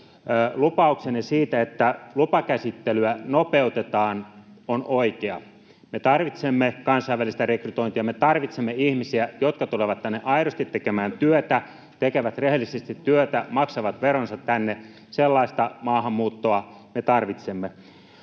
lupauksenne siitä, että lupakäsittelyä nopeutetaan, on oikea. Me tarvitsemme kansainvälistä rekrytointia. Me tarvitsemme ihmisiä, jotka tulevat tänne aidosti tekemään työtä, tekevät rehellisesti työtä, maksavat veronsa tänne. Sellaista maahanmuuttoa me tarvitsemme.